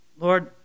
Lord